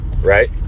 right